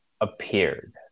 appeared